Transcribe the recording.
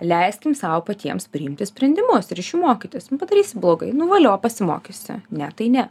leiskim sau patiems priimti sprendimus ir iš jų mokytis nu padarysi blogai nu valio pasimokysi ne tai ne